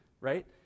right